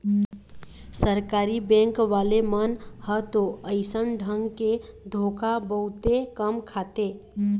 सरकारी बेंक वाले मन ह तो अइसन ढंग के धोखा बहुते कम खाथे